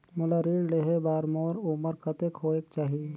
मोला ऋण लेहे बार मोर उमर कतेक होवेक चाही?